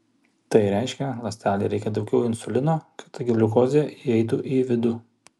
tai reiškia ląstelei reikia daugiau insulino kad gliukozė įeitų į vidų